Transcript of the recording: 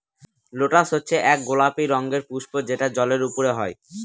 lotus হচ্ছে এক গোলাপি রঙের পুস্প যেটা জলের ওপরে হয়